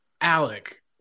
alec